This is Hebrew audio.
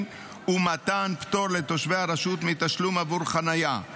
ומתן פטור לתושבי הרשות מתשלום עבור חניה.